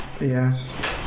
Yes